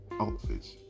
outfits